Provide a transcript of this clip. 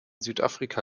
südafrika